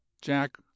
jack